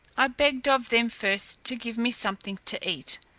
i begged of them first to give me something to eat,